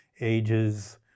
ages